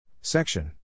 Section